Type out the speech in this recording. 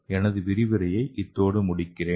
எனது விரிவுரையை இத்தோடு முடிக்கிறேன்